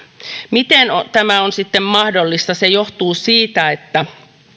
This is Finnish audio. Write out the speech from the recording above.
miten tämä on sitten mahdollista se johtuu siitä että